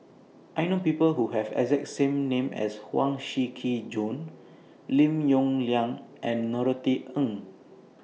I know People Who Have exact same name as Huang Shiqi Joan Lim Yong Liang and Norothy Ng